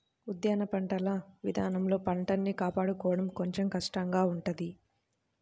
ఉద్యాన పంటల ఇదానంలో పంటల్ని కాపాడుకోడం కొంచెం కష్టంగా ఉంటది